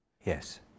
Yes